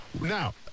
Now